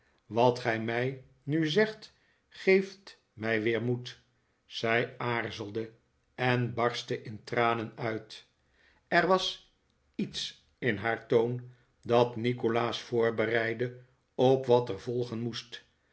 wat gij mij nu zegt geeft mij weer moed zij aarzelde en barstte in tranen uit er was iets in haar toon dat nikolaas voorbereidde op wat er volgen moest